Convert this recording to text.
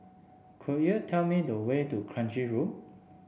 could you tell me the way to Kranji Loop